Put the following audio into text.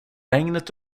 regnet